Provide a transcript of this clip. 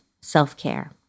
self-care